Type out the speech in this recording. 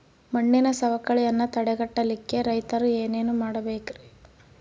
ಮಣ್ಣಿನ ಸವಕಳಿಯನ್ನ ತಡೆಗಟ್ಟಲಿಕ್ಕೆ ರೈತರು ಏನೇನು ಮಾಡಬೇಕರಿ?